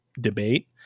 debate